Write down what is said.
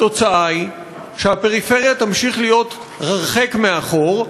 התוצאה היא שהפריפריה תמשיך להיות הרחק מאחור.